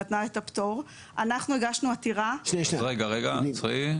אנחנו לא דואגים רק לאוכלוסייה היום.